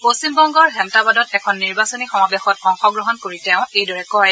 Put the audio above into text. পশ্চিমবংগৰ হেমটাবাদত এখন নিৰ্বাচনী সমাবেশত অংশগ্ৰহণ কৰি তেওঁ এইদৰে কয়